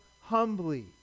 humbly